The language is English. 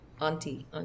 auntie